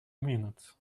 minutes